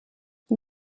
die